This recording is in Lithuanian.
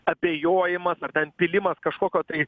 abejojimas ar ten pylimas kažkokio tai